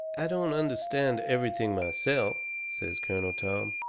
i don't understand everything myself, says colonel tom.